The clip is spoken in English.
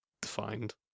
defined